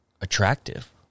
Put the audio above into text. attractive